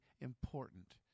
important